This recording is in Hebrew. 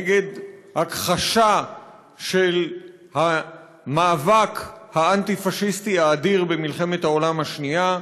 נגד הכחשת המאבק האנטי-פאשיסטי האדיר במלחמת העולם השנייה,